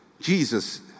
Jesus